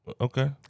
Okay